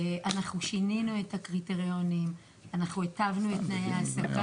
אנחנו שינינו את הקריטריונים והיטבנו את תנאי ההעסקה.